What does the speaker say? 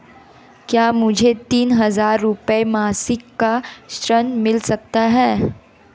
क्या मुझे तीन हज़ार रूपये मासिक का ऋण मिल सकता है?